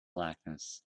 blackness